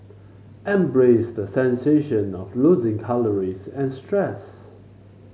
embrace the sensation of losing calories and stress